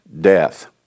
death